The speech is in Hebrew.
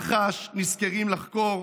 מח"ש נזכרים לחקור,